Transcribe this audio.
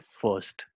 first।